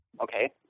Okay